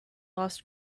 lost